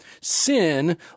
Sin